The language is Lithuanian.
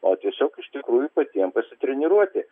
o tiesiog iš tikrųjų patiem pasitreniruoti